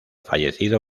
fallecido